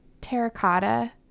Terracotta